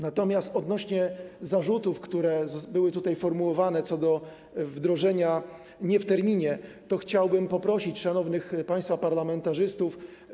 Natomiast odnośnie do zarzutów, które były tutaj formułowane, dotyczących wdrożenia dyrektywy nie w terminie, to chciałbym poprosić szanownych państwa parlamentarzystów.